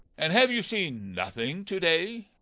and have you seen nothing to-day?